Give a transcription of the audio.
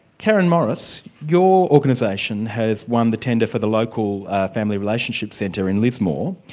karen morris, your organisation has won the tender for the local family relationship centre in lismore.